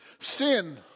Sin